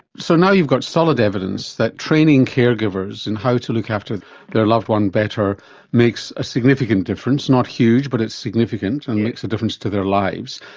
so now you've got solid evidence that training caregivers in how to look after their loved one better makes a significant difference, not huge but it's significant and makes a difference to their lives.